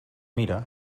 mire